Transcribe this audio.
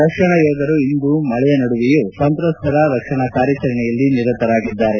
ರಕ್ಷಣಾ ಯೋಧರು ಇಂದು ಮಳೆಯ ನಡುವೆಯೇ ಸಂತಸ್ತರ ರಕ್ಷಣಾ ಕಾರ್ಯಾಚರಣೆಯಲ್ಲಿ ನಿರತರಾಗಿದ್ದಾರೆ